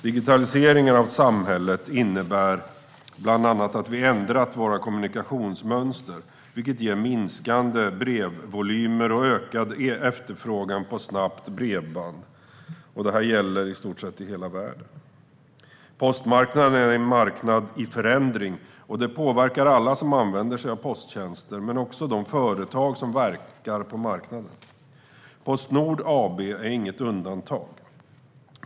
Digitaliseringen av samhället innebär bland annat att vi ändrat våra kommunikationsmönster, vilket ger minskande brevvolymer och ökad efterfrågan på snabbt bredband. Det gäller i stort sett i hela världen. Postmarknaden är en marknad i förändring, och det påverkar alla som använder sig av posttjänster men också de företag som verkar på marknaden. Postnord AB är inget undantag.